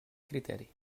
criteri